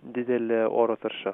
didelė oro tarša